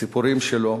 הסיפורים שלו